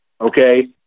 okay